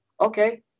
Okay